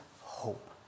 hope